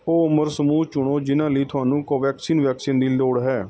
ਉਹ ਉਮਰ ਸਮੂਹ ਚੁਣੋ ਜਿਨ੍ਹਾਂ ਲਈ ਤੁਹਾਨੂੰ ਕੋਵੈਕਸਿਨ ਵੈਕਸੀਨ ਦੀ ਲੋੜ ਹੈ